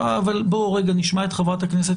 אבל בואו נשמע את חברת הכנסת